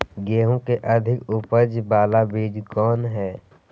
गेंहू की अधिक उपज बाला बीज कौन हैं?